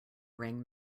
rang